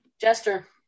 Jester